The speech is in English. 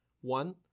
One